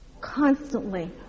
constantly